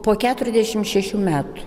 po keturiasdešim šešių metų